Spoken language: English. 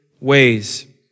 ways